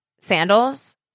sandals